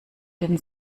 den